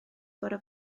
bore